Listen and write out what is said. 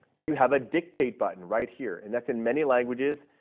you have a dictate button right here. and that's in many languages.